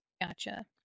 gotcha